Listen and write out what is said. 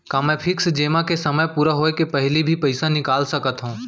का मैं फिक्स जेमा के समय पूरा होय के पहिली भी पइसा निकाल सकथव?